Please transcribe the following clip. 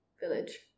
village